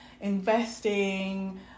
investing